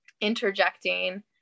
interjecting